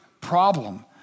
problem